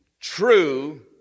true